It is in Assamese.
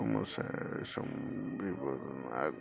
কৰ্মচাৰীৰ চমু বিবৰণ আগবঢ়াওক